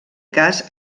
cas